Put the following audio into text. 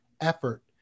effort